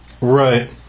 Right